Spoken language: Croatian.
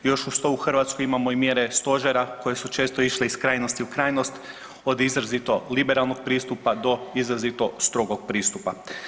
Još uz to u Hrvatskoj imamo i mjere stožera koje su često išle iz krajnosti u krajnost od izrazito liberalnog pristupa do izrazito strogog pristupa.